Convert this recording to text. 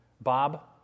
Bob